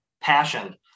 passion